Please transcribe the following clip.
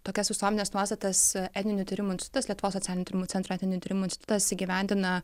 tokias visuomenės nuostatas etninių tyrimų institutas lietuvos socialinių tyrimų centro etninių tyrimų institutas įgyvendina